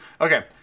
Okay